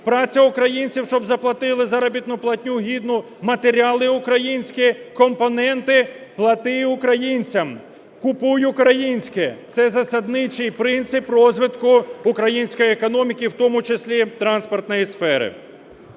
праця українців, щоб заплатили заробітну платню гідну, матеріали українські, компоненти. Плати українцям, купуй українське – це засадничий принцип розвитку української економіки, в тому числі транспортної сфери.